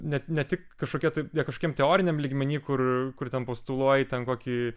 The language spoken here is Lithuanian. net ne tik kažkokia tai ne kažkokiam teoriniam lygmeny kur kur ten postuluoji ten kokį